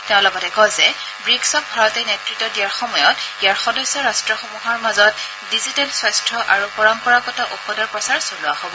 তেওঁ লগতে কয় যে ৱিক্ছক ভাৰতে নেতৃত্ব দিয়াৰ সময়ত ইয়াৰ সদস্য ৰাষ্ট্সমূহৰ মাজত ডিজিটেল স্বাস্থ্য আৰু পৰম্পৰাগত ঔষধৰ প্ৰচাৰ চলোৱা হব